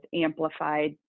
amplified